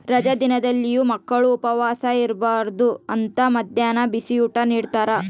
ರಜಾ ದಿನದಲ್ಲಿಯೂ ಮಕ್ಕಳು ಉಪವಾಸ ಇರಬಾರ್ದು ಅಂತ ಮದ್ಯಾಹ್ನ ಬಿಸಿಯೂಟ ನಿಡ್ತಾರ